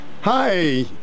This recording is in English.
Hi